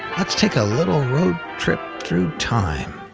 let's take a little road trip through time.